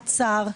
עצר.